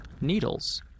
needles